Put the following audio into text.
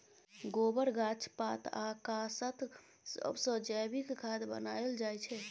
गोबर, गाछ पात आ कासत सबसँ जैबिक खाद बनाएल जाइ छै